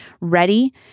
ready